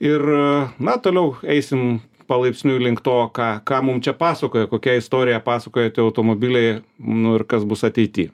ir na toliau eisim palaipsniui link to ką ką mum čia pasakoja kokią istoriją pasakoja tie automobiliai nu ir kas bus ateity